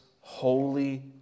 holy